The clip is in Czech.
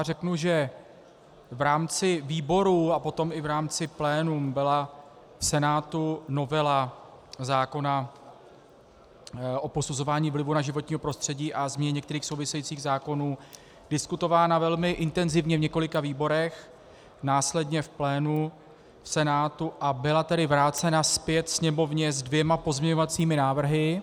Řeknu, že v rámci výborů a potom i v rámci pléna byla Senátu novela zákona o posuzování vlivu na životní prostředí a změny některých souvisejících zákonů diskutována velmi intenzivně v několika výborech, následně v plénu v Senátu a byla tedy vrácena zpět Sněmovně s dvěma pozměňovacími návrhy.